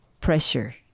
pressure